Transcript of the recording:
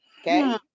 Okay